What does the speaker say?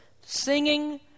singing